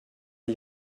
ich